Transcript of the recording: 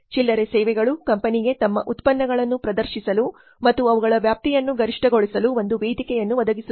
ಚಿಲ್ಲರೆ ಸೇವೆಗಳು ಕಂಪನಿಗೆ ತಮ್ಮ ಉತ್ಪನ್ನಗಳನ್ನು ಪ್ರದರ್ಶಿಸಲು ಮತ್ತು ಅವುಗಳ ವ್ಯಾಪ್ತಿಯನ್ನು ಗರಿಷ್ಠಗೊಳಿಸಲು ಒಂದು ವೇದಿಕೆಯನ್ನು ಒದಗಿಸುತ್ತದೆ